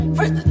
First